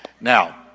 Now